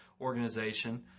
organization